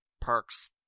perks